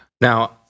Now